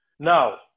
Now